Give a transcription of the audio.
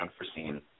unforeseen